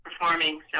performing